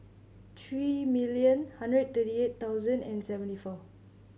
three million hundred thirty eight thousand and seventy four